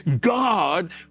God